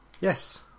Yes